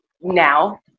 now